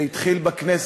זה התחיל בכנסת,